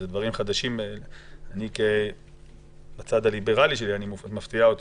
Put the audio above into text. זה דברים חדשים ובצד הליברלי שלי את מפתיעה אותי.